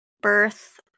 birth